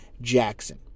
Jackson